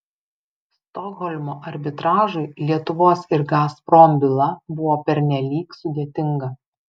stokholmo arbitražui lietuvos ir gazprom byla buvo pernelyg sudėtinga